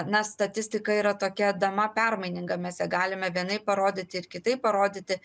na statistika yra tokia dama permaininga mes negalime vienai parodyti ir kitaip parodyti